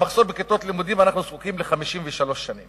המחסור בכיתות לימוד אנחנו זקוקים ל-53 שנים